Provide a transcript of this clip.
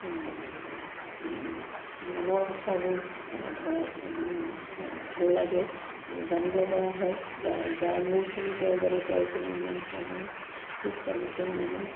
মনৰ কথাবোৰ ধৰক ভাল লাগে জানিব পৰা হয় যায় মোৰখিনি তেওঁজনে তেওঁৰখিনি মই জানো ঠিক তেনেকে মানে